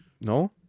No